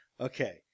Okay